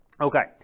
Okay